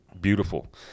beautiful